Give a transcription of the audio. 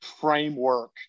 framework